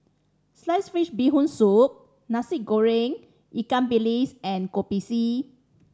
slice fish Bee Hoon Soup Nasi Goreng ikan bilis and Kopi C